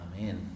Amen